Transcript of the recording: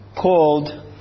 called